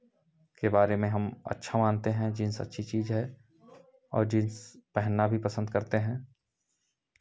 के बारे में हम अच्छा मानते हैं जींस अच्छी चीज़ है और जींस पहनना भी पसंद करते हैं